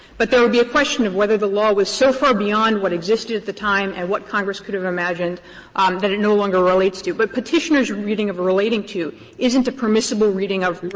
but there would be a question of whether the law was so far beyond what existed at the time and what congress could have imagined um that it no longer relates to. but petitioner's reading of relating to isn't a permissible reading of